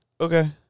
okay